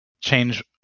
change